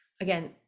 again